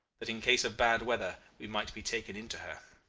that in case of bad weather we might be taken into her.